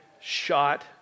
shot